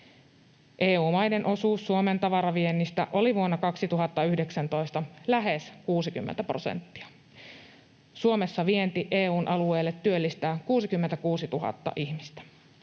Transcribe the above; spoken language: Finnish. EU-maiden osuus Suomen tavaraviennistä oli vuonna 2019 lähes 60 prosenttia. Suomessa vienti EU:n alueelle työllistää 66 000 ihmistä.